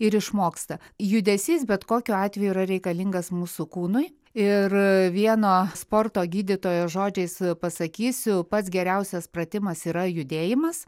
ir išmoksta judesys bet kokiu atveju yra reikalingas mūsų kūnui ir vieno sporto gydytojo žodžiais pasakysiu pats geriausias pratimas yra judėjimas